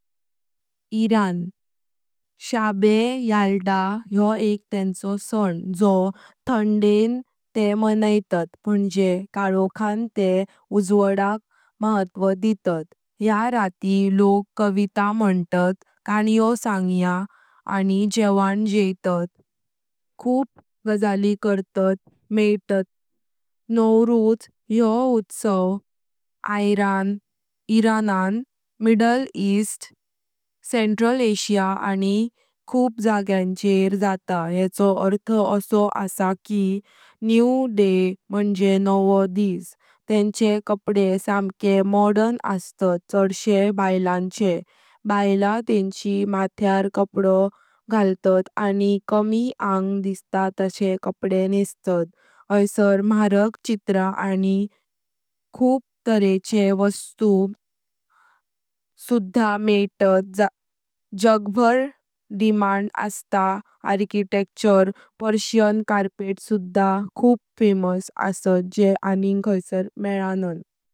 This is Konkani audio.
ईरान। शबे यल्दा योह एक तेंचो सान जो थांडे ते माणतात, म्हणजे कालोखान ते उज्वाडाक महत्व दितात। या राती लोक कविता माणतात, काण्यो सांग्या आनी जेवाण जेईतांत ख्यप गजाली करतात मेईतांत। नौरुज योह उत्सव ईरानन मिडल ईस्ट, सेंट्रल आशिया, आनी खूपा जाग्यांचर जातां येंचो अर्थ असो असा की डे म्हणजे। वंवो दिस तेंचे कपडे समके मॉडर्न अस्तात चडशे बायलेचें, बायले तेंची म्हाथ्यार कपडो घालतात, आनी कमी आंगं दिसता तसंले कपडे न्हेतांत। हायसर म्हारक चित्र आनी खूप तरे तरेचे वस्तू सुधा मेईतांजे जगभर दमाद असात आर्किटेक्चरल। पर्शियन कार्पेटस सुधा खूब फेमस असात जे आणिंग खायसर मेलणांन।